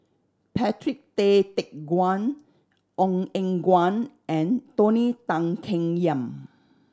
Patrick Tay Teck Guan Ong Eng Guan and Tony Tan Keng Yam